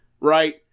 right